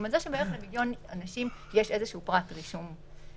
על כך שבערך למיליון אנשים יש פרט רישום בעברם.